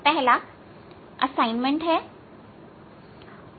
assignment 1 का हल समस्या संख्या 1 3 इस शिक्षण में मैं पहला असाइनमेंट कार्य हल करूंगा